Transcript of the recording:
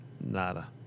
Nada